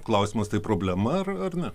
klausimas tai problema ar ar ne